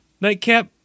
Nightcap